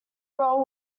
role